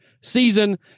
season